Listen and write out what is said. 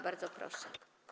Bardzo proszę.